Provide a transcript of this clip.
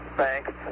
thanks